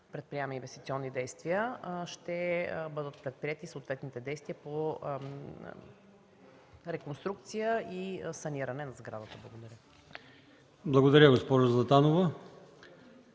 предприемаме инвестиционни действия, ще бъдат предприети съответните действия по реконструкция и саниране на сградата. Благодаря. ПРЕДСЕДАТЕЛ АЛИОСМАН